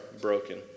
broken